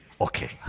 okay